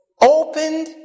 opened